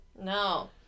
No